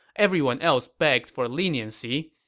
everyone else begged for leniency,